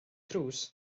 cruise